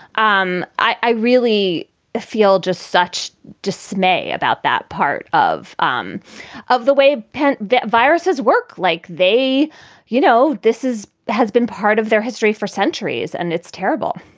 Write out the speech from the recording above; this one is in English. um i really feel just such dismay about that part of um of the way that viruses work. like they you know, this is has been part of their history for centuries. and it's terrible